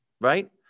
right